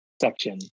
section